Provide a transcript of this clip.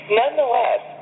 nonetheless